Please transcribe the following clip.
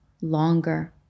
longer